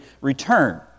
return